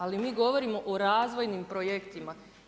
Ali, mi govorimo o razvojnim projektima.